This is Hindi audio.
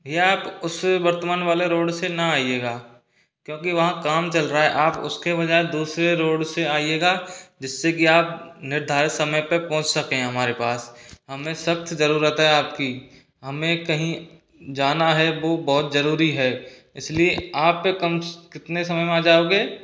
भैया आप उस वर्तमान वाले रोड से ना आइएगा क्योंकि वहां काम चल रहा है आप उसके बजाय दूसरे रोड से आइएगा जिससे कि आप निर्धारित समय पे पहुंच सकें हमारे पास हमें सख्त ज़रूरत है आपकी हमें कहीं जाना है वो बहुत ज़रूरी है इसलिए आप कम कितने समय में आ जाओगे